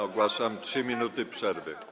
Ogłaszam 3 minuty przerwy.